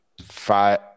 Five